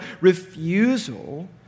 refusal